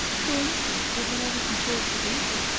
for instance, that whenever she chose to do so,